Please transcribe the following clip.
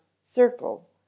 circle